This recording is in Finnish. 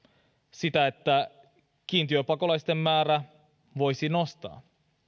sitä että kiintiöpakolaisten määrää voisi nostaa nämä